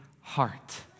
heart